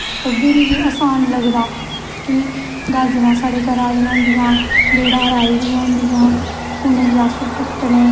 फिरी ओह्दे बाद च साढ़ा बैसाखी आई जंदी बैसाखी दा ध्यार साढ़ै इध्दर मेला बी लगदा ऐ जम्मू